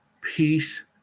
peace